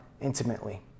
intimately